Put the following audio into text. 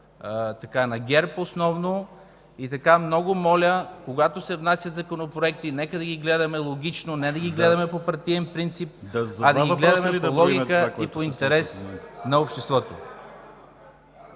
на ГЕРБ основно. Много моля, когато се внася законопроект, нека да ги гледаме логично. Не да ги гледаме по партиен принцип, а да ги гледаме по логика и по интерес на обществото.